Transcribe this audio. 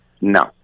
No